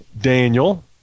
Daniel